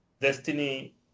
Destiny